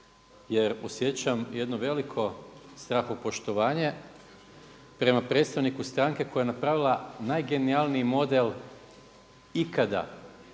jer osjećam jedno veliko strahopoštovanje prema predstavniku stranke koja je napravila najgenijalniji model ikada